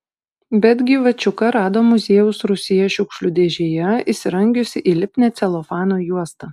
bet gyvačiuką rado muziejaus rūsyje šiukšlių dėžėje įsirangiusį į lipnią celofano juostą